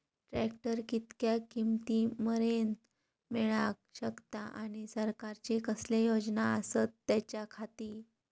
Tractor कितक्या किमती मरेन मेळाक शकता आनी सरकारचे कसले योजना आसत त्याच्याखाती?